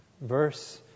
verse